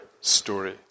story